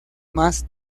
más